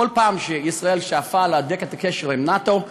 בכל פעם שישראל שאפה להדק את הקשר עם נאט"ו,